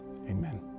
amen